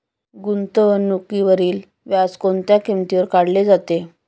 गुंतवणुकीवरील व्याज कोणत्या किमतीवर काढले जाते?